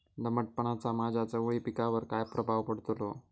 दमटपणाचा माझ्या चवळी पिकावर काय प्रभाव पडतलो?